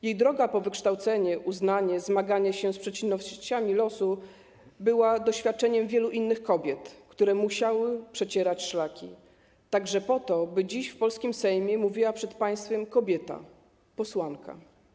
Jej droga po wykształcenie, po uznanie, zmaganie się z przeciwnościami losu były doświadczeniem wielu innych kobiet, które musiały przecierać szlaki także po to, by dziś w polskim Sejmie mówiła przed państwem kobieta, posłanka.